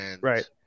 Right